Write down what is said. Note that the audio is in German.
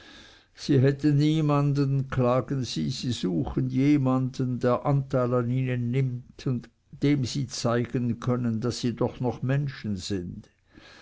sie hätten niemanden klagen sie und suchen jemanden der anteil an ihnen nimmt und dem sie zeigen können daß sie doch noch menschen sind